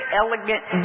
elegant